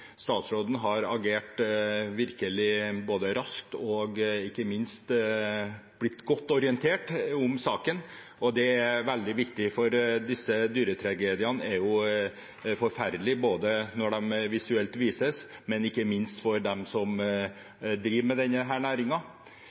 virkelig både har agert raskt og ikke minst blitt godt orientert om saken. Det er veldig viktig, for disse dyretragediene er forferdelige, både når de visuelt vises, og ikke minst for dem som driver med denne